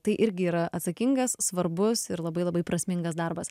tai irgi yra atsakingas svarbus ir labai labai prasmingas darbas